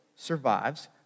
survives